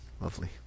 lovely